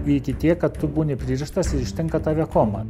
iki tiek kad tu būni pririštas ir ištinka tave koma